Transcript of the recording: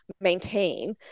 maintain